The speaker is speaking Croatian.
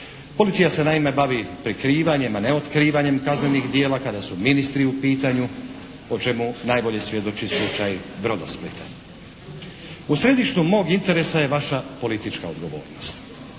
Policija se naime bavi prekrivanjem a ne otkrivanjem kaznenih djela kada su ministri u pitanju o čemu najbolje svjedoči slučaj Brodosplita. U središtu mog interesa je vaša politička odgovornost.